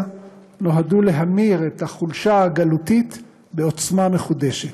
נועדו להמיר את החולשה הגלותית בעוצמה מחודשת.